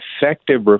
effective